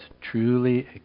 truly